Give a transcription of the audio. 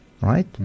Right